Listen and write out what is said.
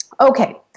Okay